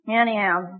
Anyhow